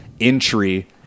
entry